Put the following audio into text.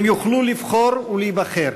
הם יוכלו לבחור ולהיבחר,